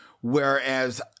whereas